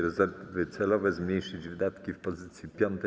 Rezerwy celowe zmniejszyć wydatki w pozycji 5: